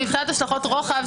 רשום.